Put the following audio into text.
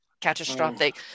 catastrophic